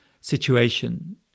situation